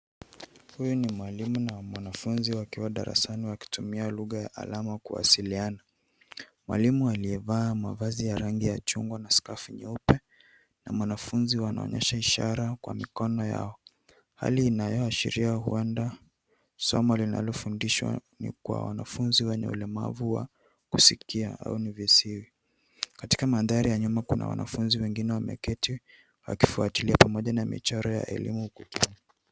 Huyu ni mwalimu na mwanafunzi wakiwa darasani wakitumia lugha ya alama kuwasiliana. Mwalimu aliyevaa mavazi ya rangi ya chungwa na skafu nyeupe, na mwanafunzi anaonyesha ishara kwa mikono yao. Hali linaloashiria huenda, somo linalofundishwa ni kwa wanafunzi wenye ulemavu wa kusikia au ni viziwi. Katika mandhari ya nyuma kuna wanafunzi wengine wameketi, wakifuatilia pamoja na michoro ya elimu.